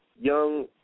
young